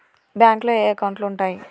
బ్యాంకులో ఏయే అకౌంట్లు ఉంటయ్?